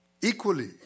Equally